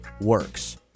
works